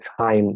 time